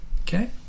Okay